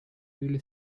really